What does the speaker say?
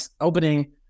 opening